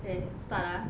!hey! start ah